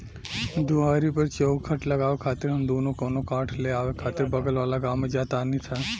दुआरी पर चउखट लगावे खातिर हम दुनो कवनो काठ ले आवे खातिर बगल वाला गाँव में जा तानी सन